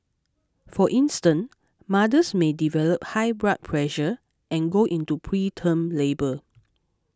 for instance mothers may develop high blood pressure and go into preterm labour